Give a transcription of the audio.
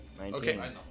Okay